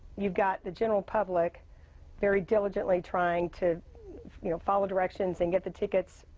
you've got the general public very diligently trying to you know follow directions and get the tickets,